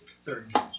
Thirty